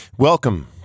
Welcome